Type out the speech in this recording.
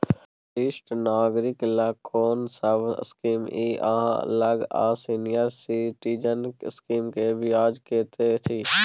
वरिष्ठ नागरिक ल कोन सब स्कीम इ आहाँ लग आ सीनियर सिटीजन स्कीम के ब्याज कत्ते इ?